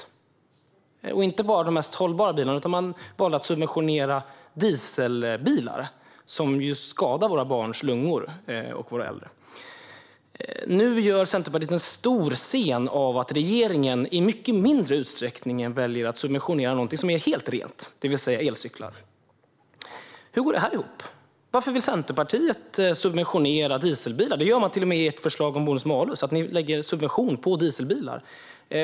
Det gällde inte bara de mest hållbara bilarna, utan man valde att subventionera dieselbilar, som ju skadar våra barns och våra äldres lungor. Nu gör Centerpartiet en stor scen av att regeringen i mycket mindre utsträckning väljer att subventionera något som är helt rent, det vill säga elcyklar. Hur går detta ihop? Varför vill Centerpartiet subventionera dieselbilar? Det gör ni till och med i ert förslag om bonus-malus - ni lägger subvention på dieselbilar.